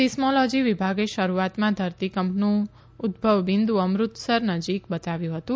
seismology વિભાગે શરૂઆતમાં ધરતીકંપનું ઉદઘવબિંદુ અમૃતસર નજીક બતાવ્યું હતું